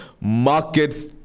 Markets